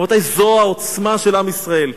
רבותי, זו העוצמה של עם ישראל.